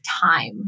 time